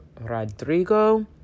Rodrigo